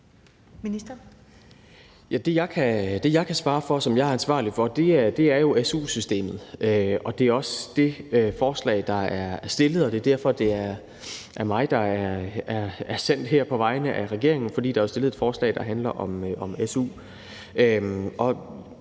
Det, jeg kan svare på, og som jeg er ansvarlig for, er jo su-systemet, og det er også det, som forslaget, der er fremsat, handler om, og det er derfor, det er mig, der er sendt herned på vegne af regeringen – fordi der jo er fremsat et forslag, der handler om su.